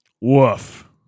Woof